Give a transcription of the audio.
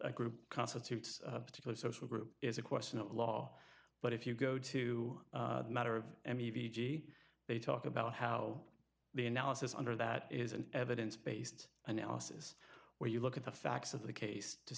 group constitutes a particular social group is a question of law but if you go to matter of any v g they talk about how the analysis under that is an evidence based analysis where you look at the facts of the case to